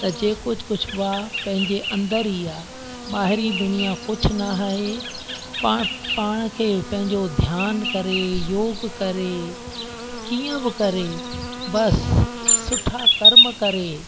त जे कुझु कुझु आहे पंहिंजे अंदरि ई आहे ॿाहिरी दुनिया कुझु न आहे पा पाण खे पंहिंजो ध्यानु करे योगु करे कीअं बि करे बसि सुठा कर्म करे